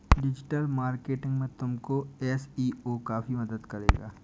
digital marketing में तुमको SEO काफी मदद करेगा